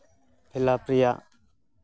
fill up ᱨᱮᱭᱟᱜ